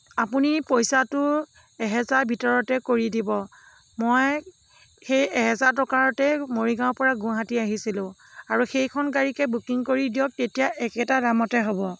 আপুনি পইচাটো এহেজাৰ ভিতৰতে কৰি দিব মই সেই এহেজাৰ টকাৰতে মৰিগাঁৱৰ পৰা গুৱাহাটী আহিছিলোঁ আৰু সেইখন গাড়ীকে বুকিং কৰি দিয়ক তেতিয়া একেটা দামতে হ'ব